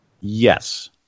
yes